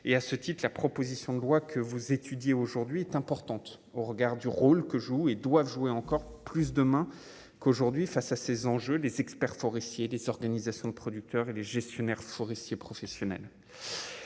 et à ce titre-la proposition de loi que vous étudiez aujourd'hui est importante au regard du rôle que jouent et doivent jouer encore plus demain qu'aujourd'hui, face à ces enjeux, les experts forestiers, des organisations de producteurs et les gestionnaires forestiers professionnels,